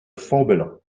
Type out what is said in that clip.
fontbellon